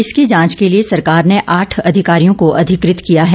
इसकी जांच के लिये सरकार ने आठ अधिकारियों को अधिकृत किया है